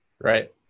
Right